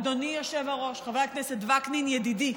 אדוני היושב-ראש חבר הכנסת וקנין, ידידי,